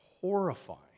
horrifying